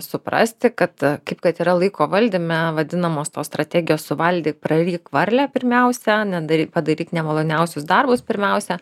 suprasti kad kaip kad yra laiko valdyme vadinamos tos strategijos suvalgyk praryk varlę pirmiausia nedaryk padaryk nemaloniausius darbus pirmiausia